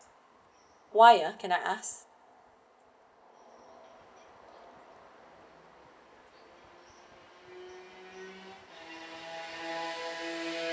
why ah can I ask